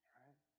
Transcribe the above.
right